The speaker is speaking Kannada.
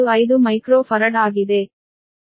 00955 ಮೈಕ್ರೋ ಫರಡ್ ಆಗಿದೆ